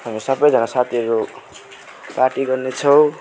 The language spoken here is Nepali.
हामी सबजना साथीहरू पार्टी गर्ने छौँ